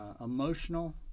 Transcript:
emotional